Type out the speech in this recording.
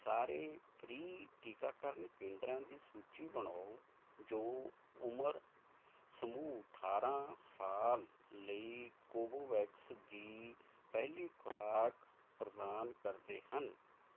ਸਾਰੇ ਫ੍ਰੀ ਟੀਕਾਕਰਨ ਕੇਂਦਰਾਂ ਦੀ ਸੂਚੀ ਬਣਾਓ ਜੋ ਉਮਰ ਸਮੂਹ ਅਠਾਰਾਂ ਸਾਲ ਲਈ ਕੋਵੋਵੈਕਸ ਦੀ ਪਹਿਲੀ ਖੁਰਾਕ ਪ੍ਰਦਾਨ ਕਰਦੇ ਹਨ